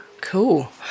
Cool